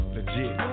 Legit